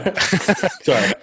Sorry